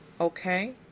Okay